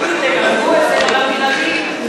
תגיד לי, הם למדו אנגלית?